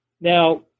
Now